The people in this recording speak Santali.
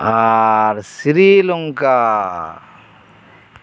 ᱟᱨ ᱥᱨᱤ ᱞᱚᱝᱠᱟ